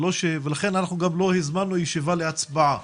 ולכן אנחנו לא הזמנו ישיבה להצבעה.